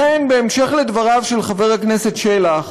לכן, בהמשך לדבריו של חבר הכנסת שלח,